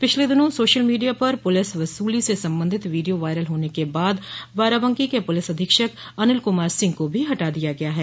पिछले दिनो social media पर पुलिस वसूली से संबंधित वीडियो वायरल होने के बाद बाराबंकी के पुलिस अधीक्षक अनिल कुमार सिंह को भी हटा दिया गया है